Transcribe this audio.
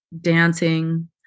dancing